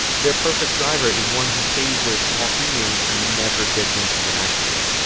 their perfect driver is one who pays their small premiums and never gets into an accident.